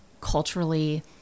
culturally